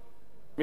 מתוך הפרק,